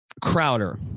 Crowder